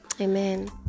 Amen